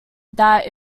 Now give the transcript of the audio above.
that